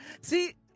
See